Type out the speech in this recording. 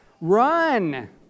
run